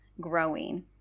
growing